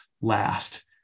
last